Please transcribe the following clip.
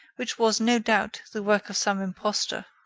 which was, no doubt, the work of some imposter.